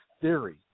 theory